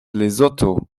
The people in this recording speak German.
lesotho